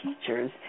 teachers